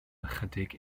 ychydig